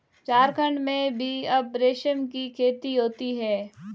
झारखण्ड में भी अब रेशम की खेती होती है